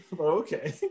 Okay